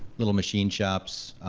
little machine shops,